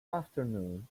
afternoon